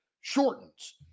shortens